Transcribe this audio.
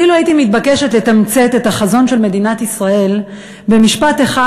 אילו הייתי מתבקשת לתמצת את החזון של מדינת ישראל במשפט אחד,